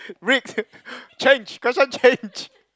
read change question change